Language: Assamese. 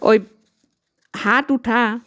ঐ হাত উঠা